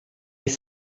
les